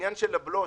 העניין של בלו,